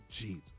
Jesus